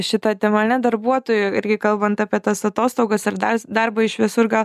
šita tema ne darbuotojų irgi kalbant apie tas atostogas ir dar darbą iš visur gal